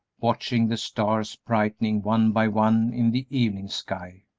watching the stars brightening one by one in the evening sky.